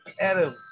Adam